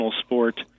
sport